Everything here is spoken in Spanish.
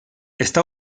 está